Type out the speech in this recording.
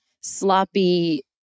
sloppy